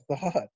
thought